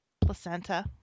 Placenta